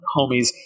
homies